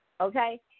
Okay